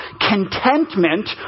Contentment